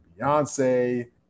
Beyonce